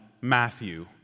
Matthew